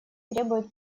требуют